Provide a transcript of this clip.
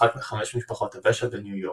אחת מחמש משפחות הפשע בניו יורק.